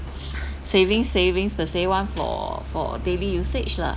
saving savings per se one for for daily usage lah